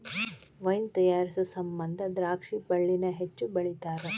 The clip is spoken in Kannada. ವೈನ್ ತಯಾರಿಸು ಸಮಂದ ದ್ರಾಕ್ಷಿ ಬಳ್ಳಿನ ಹೆಚ್ಚು ಬೆಳಿತಾರ